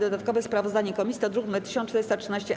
Dodatkowe sprawozdanie komisji to druk nr 1413-A.